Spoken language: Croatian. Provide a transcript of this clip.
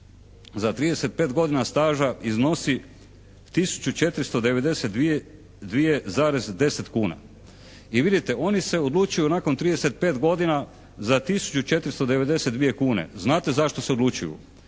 za 35 godina staža iznosi tisuću 492,10 kuna. I vidite oni se odlučuju nakon 35 godina za tisuću 492 kune. Znate zašto se odlučuju?